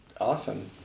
awesome